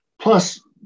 plus